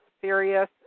serious